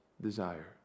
desire